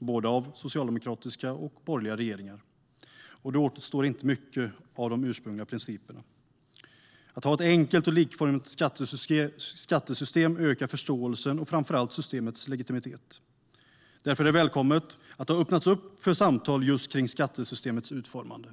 av både socialdemokratiska och borgerliga regeringar. Det återstår inte heller mycket av de ursprungliga principerna. Att ha ett enkelt och likformigt skattesystem ökar förståelsen och framför allt systemets legitimitet. Därför är det välkommet att det har öppnats upp för samtal just kring skattesystemets utformning.